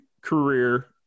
career